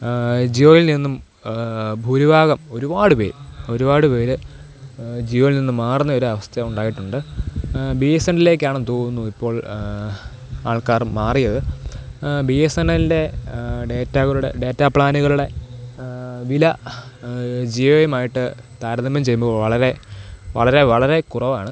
ജിയോയിൽ നിന്നും ഭൂരിഭാഗം ഒരുപാട് പേര് ഒരുപാട് പേര് ജിയോയിൽ നിന്നു മാറുന്ന ഒരവസ്ഥ ഉണ്ടായിട്ടുണ്ട് ബി എസ് എന്നിലേക്കാണെന്നു തോന്നുന്നു ഇപ്പോൾ ആൾക്കാർ മാറിയത് ബി എസ് എൻ എല്ലിൻ്റെ ഡേറ്റാകളുടെ ഡേറ്റ പ്ലാനുകളുടെ വില ജിയോയുമായിട്ടു താരതമ്യം ചെയ്യുമ്പോൾ വളരെ വളരെ വളരെ കുറവാണ്